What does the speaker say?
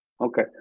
Okay